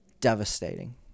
devastating